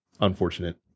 unfortunate